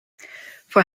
for